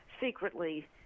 secretly